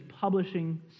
publishing